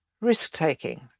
risk-taking